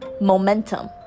momentum